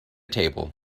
table